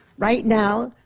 right now,